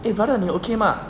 eh brother 你 okay mah